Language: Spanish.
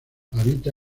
habita